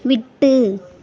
விட்டு